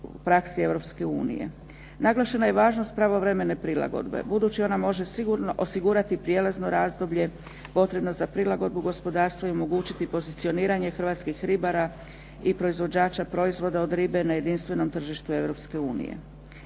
unije. Naglašena je važnost pravovremene prilagodbe, budući ona može sigurno osigurati prijelazno razdoblje potrebno za prilagodbu gospodarstva i omogućiti pozicioniranje hrvatskih ribara i proizvođača proizvoda od ribe na jedinstvenom tržištu